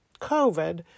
COVID